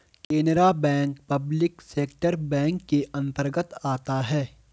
Canara bank public sector bank के अंतर्गत आता है